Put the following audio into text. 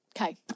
Okay